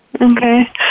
Okay